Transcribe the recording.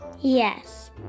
Yes